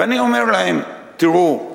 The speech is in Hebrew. ואני אומר להם: תראו,